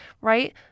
right